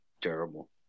terrible